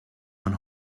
one